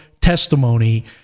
testimony